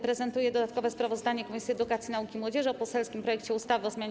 Prezentuję dodatkowe sprawozdanie Komisji Edukacji, Nauki i Młodzieży o poselskim projekcie ustawy o zmianie